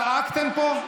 צעקתם פה?